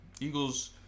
Eagles